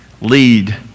lead